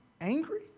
angry